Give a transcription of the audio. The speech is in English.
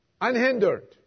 Unhindered